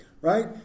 right